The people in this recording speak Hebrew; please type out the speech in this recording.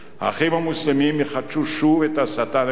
"האחים המוסלמים" יחדשו שוב את ההסתה נגד ישראל.